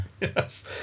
Yes